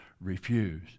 refuse